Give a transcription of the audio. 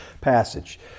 passage